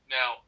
Now